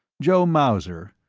joe mauser,